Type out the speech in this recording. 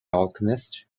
alchemist